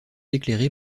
éclairée